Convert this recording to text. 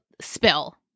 spill